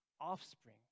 offspring